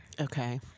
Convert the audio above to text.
Okay